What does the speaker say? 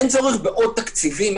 אין צורך בעוד תקציבים,